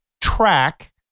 track